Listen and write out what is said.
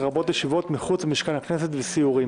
לרבות ישיבות מחוץ למשכן וסיורים.